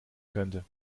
könnte